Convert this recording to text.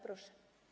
Proszę.